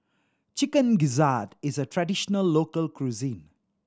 Chicken Gizzard is a traditional local cuisine